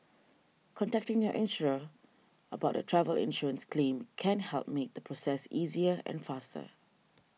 contacting your insurer about your travel insurance claim can help make the process easier and faster